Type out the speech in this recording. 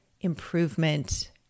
improvement